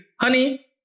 honey